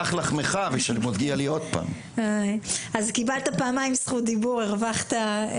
אז קיבלת פעמיים רשות דיבור, הרווחת.